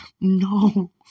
no